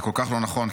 זה כל כך לא נכון,